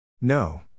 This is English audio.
No